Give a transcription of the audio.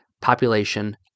population